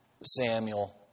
Samuel